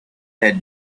had